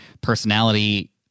personality